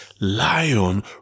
lion